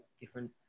different